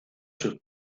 sus